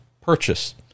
purchase